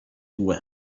due